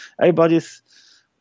Everybody's